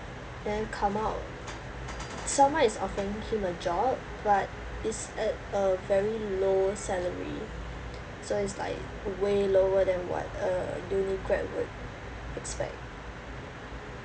then come out someone is offering him a job but it's at a very low salary so it's like way lower than what a uni grad would expect